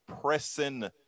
pressing